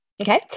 Okay